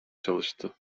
çalıştı